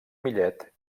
millet